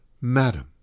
Madam